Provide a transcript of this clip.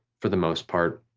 for the most part,